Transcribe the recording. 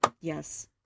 Yes